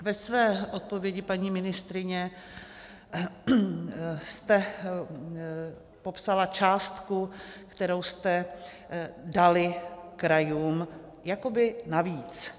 Ve své odpovědi, paní ministryně, jste popsala částku, kterou jste dali krajům jakoby navíc.